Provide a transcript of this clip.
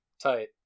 Tight